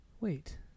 Wait